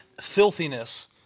filthiness